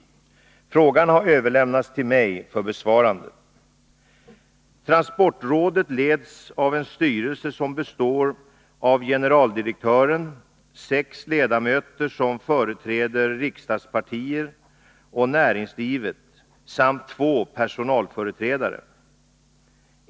Frågan har överlämnats till mig för besvarande. Transportrådet leds av en styrelse som består av generaldirektören, sex ledamöter som företräder riksdagspartier och näringslivet samt två personalföreträdare.